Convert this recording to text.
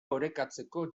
orekatzeko